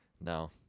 No